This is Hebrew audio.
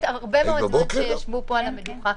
אחרי הרבה מאוד זמן שישבו פה על המדוכה,